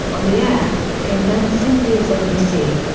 on the air, became known simply as nbc.